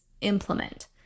implement